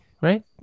right